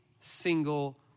single